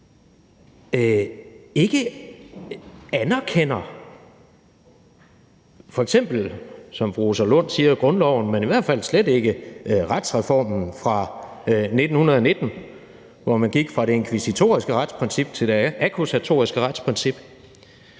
ikke anerkender f.eks., som fru Rosa Lund siger, grundloven, men i hvert fald slet ikke retsreformen fra 1919, hvor man gik fra det inkvisitoriske retsprincip til det akkusatoriske retsprincip,